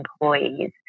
employees